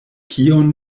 kion